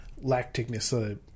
lacticness